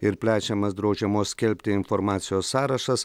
ir plečiamas draudžiamos skelbti informacijos sąrašas